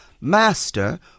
Master